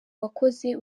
wakoze